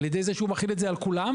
על ידי זה שהוא מחיל אותה על כולם,